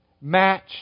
match